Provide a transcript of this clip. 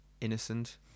Innocent